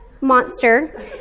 monster